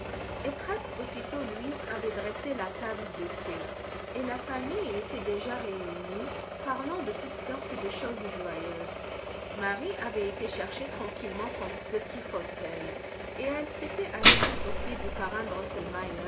et presque aussitôt louise avait dressé la table de thé et la famille y était déjà réunie parlant de toutes sortes de choses joyeuses marie avait été chercher tranquillement son petit fauteuil et elle s'était assise aux pieds du parrain